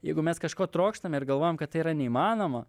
jeigu mes kažko trokštam ir galvojam kad tai yra neįmanoma